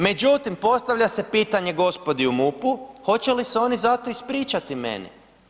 Međutim, postavlja se pitanje gospodi u MUP-u hoće li se oni za to ispričati meni?